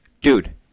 Dude